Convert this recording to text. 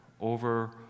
over